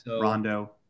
Rondo